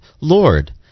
Lord